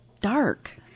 dark